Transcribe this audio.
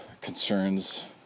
Concerns